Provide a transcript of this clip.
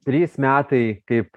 trys metai kaip